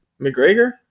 McGregor